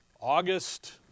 August